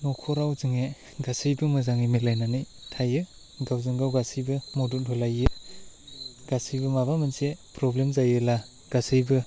न'खराव जोंने गासैबो मोजाङै मिलायनानै थायो गावजोंगाव गासिबो मदद होलायो गासैबो माबा मोनसे प्रब्लेम जायोला गासैबो